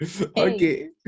okay